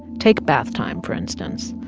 take bath time, for instance.